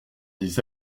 des